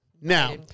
Now